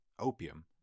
opium